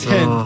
Ten